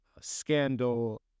scandal